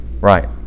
right